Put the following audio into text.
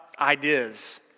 ideas